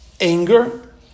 anger